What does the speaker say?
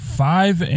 five